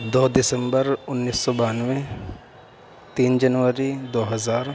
دو دسمبر انیس سو بانوے تین جنوری دو ہزار